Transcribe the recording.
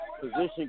position